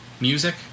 music